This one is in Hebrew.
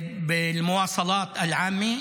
(אומר דברים בשפה הערבית,